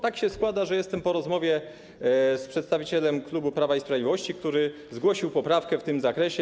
Tak się składa, że jestem po rozmowie z przedstawicielem klubu Prawa i Sprawiedliwości, który zgłosił poprawkę w tym zakresie.